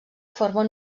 formen